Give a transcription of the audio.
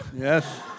Yes